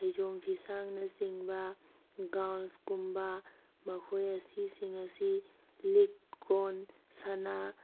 ꯐꯩꯖꯣꯝ ꯐꯤꯁꯥꯡꯅꯆꯤꯡꯕ ꯒꯥꯎꯟꯁꯀꯨꯝꯕ ꯃꯈꯣꯏ ꯑꯁꯤꯁꯤꯡ ꯑꯁꯤ ꯂꯤꯛ ꯀꯣꯟ ꯁꯅꯥ